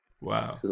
wow